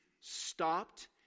stopped